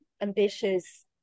ambitious